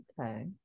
okay